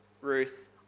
Ruth